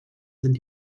sind